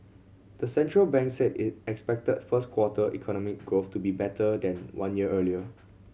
the central bank said it expected first quarter economy growth to be better than one year earlier